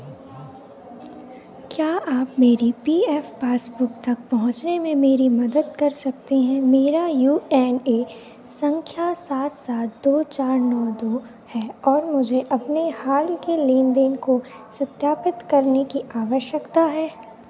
क्या आप मेरी पी एफ पासबुक तक पहुँचने में मेरी मदद कर सकते हैं मेरा यू ए एन संख्या सात सात दो चार नौ दो है और मुझे अपने हाल के लेन देन को सत्यापित करने की आवश्यकता है